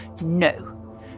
no